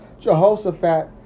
Jehoshaphat